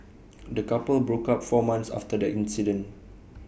the couple broke up four months after the incident